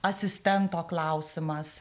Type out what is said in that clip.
asistento klausimas